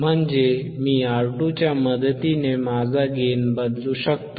म्हणजे मी R2च्या मदतीने माझा गेन बदलू शकतो